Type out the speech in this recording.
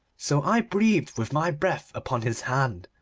so i breathed with my breath upon his hand,